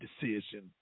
decision